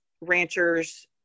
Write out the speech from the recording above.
ranchers